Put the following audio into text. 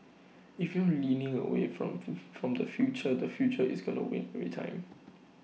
if you're leaning away from from the future the future is gonna win every time